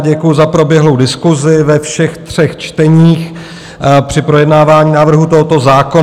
Děkuji za proběhlou diskusi ve všech třech čteních při projednávání návrhu tohoto zákona.